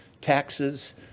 taxes